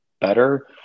better